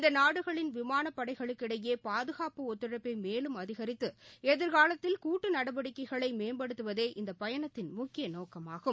இந்த நாடுகளின் விமானப் படைகளுக்கிடையே பாதுகாப்பு ஒத்துழைப்பை மேலும் அதிகித்து எதிர்காலத்தில் கூட்டு நடவடிக்கைகளை மேம்படுத்துவதே இந்த பயணத்தின் முக்கிய நோக்கமாகும்